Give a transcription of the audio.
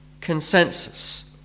consensus